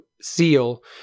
seal